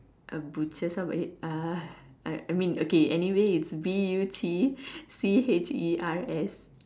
a butcher's how about it ah I I mean okay anyway it's B U T C H E R S